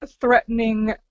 threatening